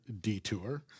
detour